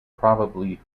probably